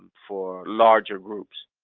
for larger groups.